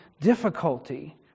difficulty